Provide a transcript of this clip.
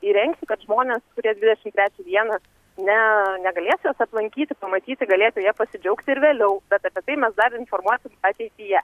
įrengti kad žmonės kurie dvidešim trečią dieną ne negalės jos aplankyti pamatyti galėtų ja pasidžiaugti ir vėliau bet apie tai mes dar informuosim ateityje